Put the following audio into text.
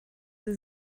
sie